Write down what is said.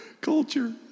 culture